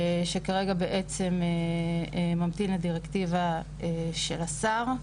שכרגע בעצם ממתין לדירקטיבה של השר.